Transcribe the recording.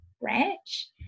ranch